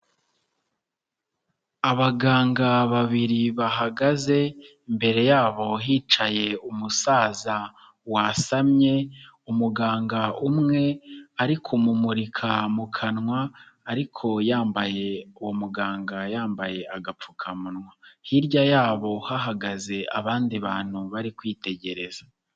Abaganga babiri bahagaze imbere yabo hicaye umusaza wasamye, umuganga umwe ari kumumurika mu kanwa ariko yambaye, uwo muganga yambaye agapfukamunwa hirya yabo hahagaze abandi bantu bari kwitegereza.